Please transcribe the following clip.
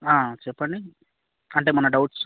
చెప్పండి అంటే మన డౌట్స్